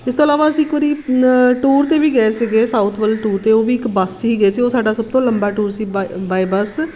ਇਸ ਤੋਂ ਇਲਾਵਾ ਅਸੀਂ ਇੱਕ ਵਾਰੀ ਟੂਰ 'ਤੇ ਵੀ ਗਏ ਸੀਗੇ ਸਾਊਥ ਵੱਲ ਟੂਰ 'ਤੇ ਉਹ ਵੀ ਇੱਕ ਬੱਸ ਹੀ ਗਏ ਸੀ ਉਹ ਸਾਡਾ ਸਭ ਤੋਂ ਲੰਬਾ ਟੂਰ ਸੀ ਬਾ ਬਾਏ ਬੱਸ